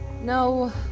No